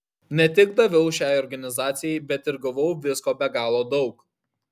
ne tik daviau šiai organizacijai bet ir gavau visko be galo daug